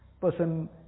Person